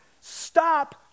stop